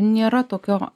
nėra tokio